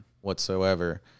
whatsoever